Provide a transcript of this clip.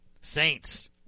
Saints